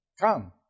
come